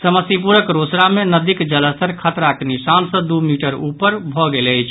समस्तीपुरक रोसड़ा मे नदीक जलस्तर खतराक निशान सँ द्र मीटर ऊपर भऽ गेल अछि